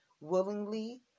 willingly